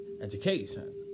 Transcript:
education